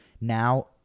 now